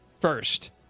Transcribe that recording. first